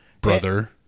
Brother